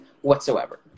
whatsoever